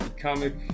comic